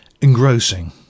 engrossing